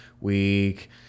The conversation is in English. week